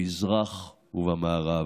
במזרח ובמערב.